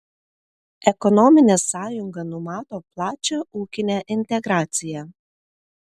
ekonominė sąjunga numato plačią ūkinę integraciją